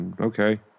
Okay